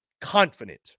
confident